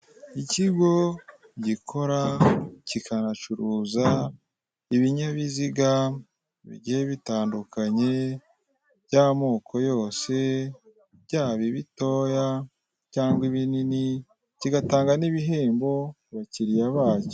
Ikigo gikora kikanacuruza ibinyabiziga bigiye bitandukanya by'amoko yose byaba ibitoya cyangwa ibinini, kigatanga n'ibihembo ku bakiriya bacyo.